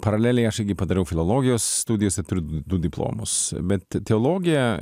paraleliai aš irgi padarau filologijos studijas du diplomus bet teologija